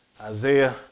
Isaiah